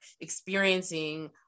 experiencing